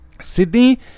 Sydney